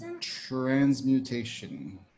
Transmutation